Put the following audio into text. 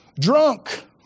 drunk